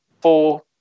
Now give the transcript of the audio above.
four